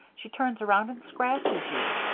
she turns around and scratches you.